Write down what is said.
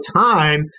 time